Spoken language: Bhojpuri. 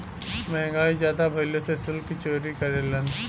महंगाई जादा भइले से सुल्क चोरी करेलन